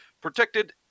protected